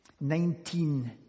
Nineteen